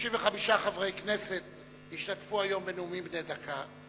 כ-35 חברי כנסת השתתפו היום בנאומים בני דקה,